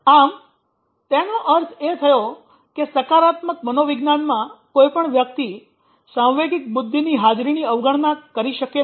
આમ તેનો અર્થ એ થયો કે સકારાત્મક મનોવિજ્ઞાનમાં કોઈપણ વ્યક્તિ સાંવેગિક બુદ્ધિની હાજરીની અવગણના કરી શકે નહીં